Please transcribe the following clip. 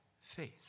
faith